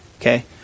okay